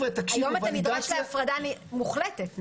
היום את הנדרש להפרדה מוחלטת.